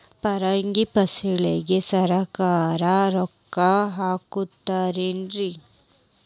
ಪರಂಗಿ ಫಸಲಿಗೆ ಸರಕಾರ ರೊಕ್ಕ ಹಾಕತಾರ ಏನ್ರಿ?